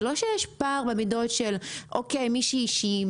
זה לא יש פער קטן במידות שאם מישהי מידה